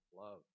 love